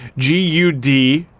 g u d